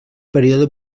període